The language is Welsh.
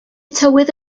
tywydd